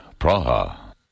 Praha